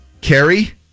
Carrie